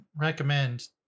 recommend